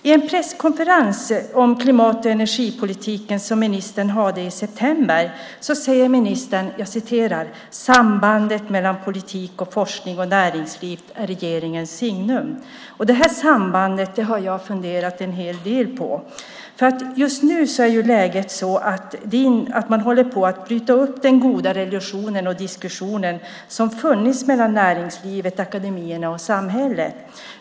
På en presskonferens om klimat och energipolitiken som ministern hade i september sade hon: "Det är sambandet mellan politik, forskning och näringsliv som är den här regeringens signum." Det sambandet har jag funderat en hel del på, för just nu håller man på att bryta upp den goda relation och diskussion som har funnits mellan näringslivet, akademierna och samhället.